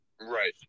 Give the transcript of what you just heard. Right